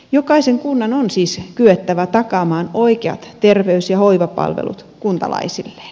jokaisen kunnan on siis kyettävä takaamaan oikeat terveys ja hoivapalvelut kuntalaisilleen